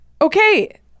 Okay